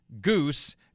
Goose